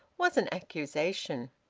was an accusation.